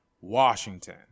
Washington